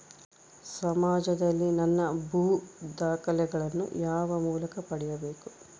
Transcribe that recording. ಸಮಾಜದಲ್ಲಿ ನನ್ನ ಭೂ ದಾಖಲೆಗಳನ್ನು ಯಾವ ಮೂಲಕ ಪಡೆಯಬೇಕು?